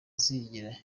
zigera